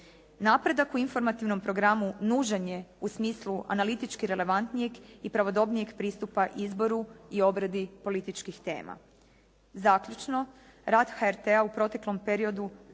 Napredak u informativnom programu nužan je u smislu analitički relevantnijeg i pravodobnijeg pristupa izboru i obradi političkih tema. Zaključno, rad HRT-a u proteklom periodu